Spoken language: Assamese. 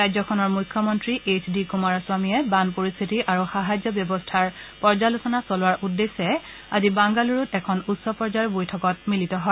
ৰাজ্যখনৰ মুখ্যমন্ত্ৰী এইছ ডি কুমাৰস্বমীয়ে বান পৰিশ্থিতি আৰু সাহায্য ব্যৱস্থাৰ পৰ্যালোচনা চলোৱাৰ উদ্দেশ্যে আজি বাংগালুৰুত এখন উচ্চ পৰ্যায়ৰ বৈঠকত মিলিত হয়